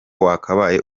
wakabaye